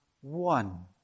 one